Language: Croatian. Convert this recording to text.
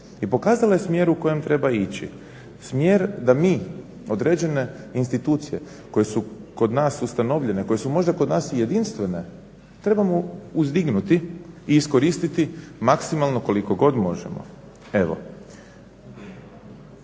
i pokazala je smjeru u kojem treba ići, smjer da mi određene institucije koje su kod nas ustanovljene, koje su možda kod nas i jedinstvene trebamo uzdignuti i iskoristit maksimalno koliko god možemo. Evo,